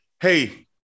Hey